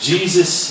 Jesus